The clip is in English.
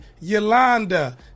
Yolanda